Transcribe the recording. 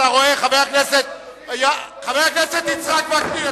חבר הכנסת יצחק וקנין,